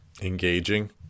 engaging